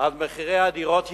אז מחירי הדירות ירדו,